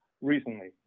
recently